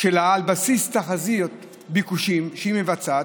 שלה על בסיס תחזית ביקושים שהיא מבצעת,